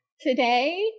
Today